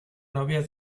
novia